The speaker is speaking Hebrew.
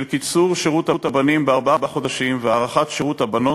של קיצור שירות הבנים בארבעה חודשים והארכת שירות הבנות,